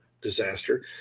disaster